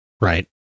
Right